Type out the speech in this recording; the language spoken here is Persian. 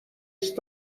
است